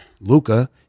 Luca